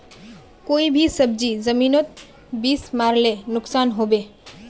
कोई भी सब्जी जमिनोत बीस मरले नुकसान होबे?